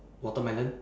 watermelon